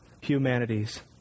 humanities